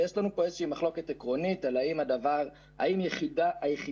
ויש לנו פה איזושהי מחלוקת עקרונית האם היחידה